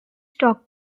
stock